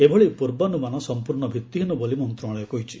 ଏଭଳି ପୂର୍ବାନୁମାନ ସମ୍ପର୍ଶ୍ଣ ଭିତ୍ତିହୀନ ବୋଲି ମନ୍ତ୍ରଣାଳୟ କହିଛି